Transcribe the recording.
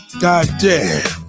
Goddamn